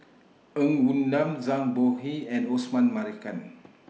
Ng Woon Lam Zhang Bohe and Osman Merican